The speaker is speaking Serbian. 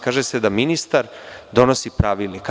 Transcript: Kaže se da ministar donosi pravilnik.